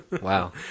Wow